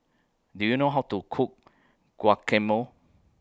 Do YOU know How to Cook Guacamole